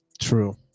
True